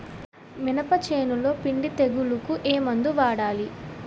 మినప చేనులో పిండి తెగులుకు ఏమందు వాడాలి?